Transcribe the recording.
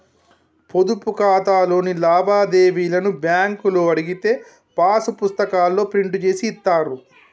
పొదుపు ఖాతాలోని లావాదేవీలను బ్యేంకులో అడిగితే పాసు పుస్తకాల్లో ప్రింట్ జేసి ఇత్తారు